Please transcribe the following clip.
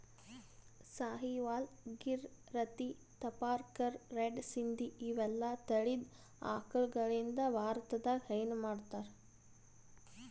Sahiwal, Gir, Rathi, Tharparkar, red Sindhi ಇವೆಲ್ಲಾ ತಳಿದ್ ಆಕಳಗಳಿಂದ್ ಭಾರತದಾಗ್ ಹೈನಾ ಮಾಡ್ತಾರ್